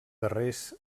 darrers